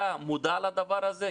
אתה מודע לדבר הזה?